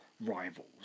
rivals